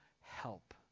help